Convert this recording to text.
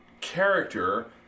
character